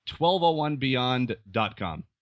1201beyond.com